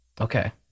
Okay